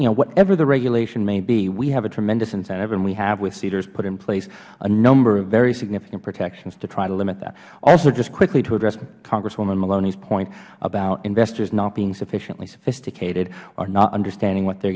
ish whatever the regulation may be we have a tremendous incentive and we have with seedrs put in place a number of very significant protections to try to limit that also just quickly to address congresswoman maloney's point about investors not being sufficiently sophisticated or not understanding what they